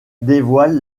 dévoile